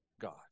God